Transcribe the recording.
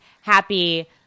happy